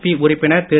B உறுப்பினர் திரு